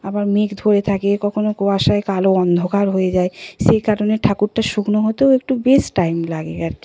আবার মেঘ ধরে থাকে কখনও কুয়াশায় কালো অন্ধকার হয়ে যায় সেই কারণে ঠাকুরটা শুকনো হতেও একটু বেশ টাইম লাগে আর কি